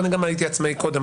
ואני הייתי עצמאי גם קודם,